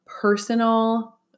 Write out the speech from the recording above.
personal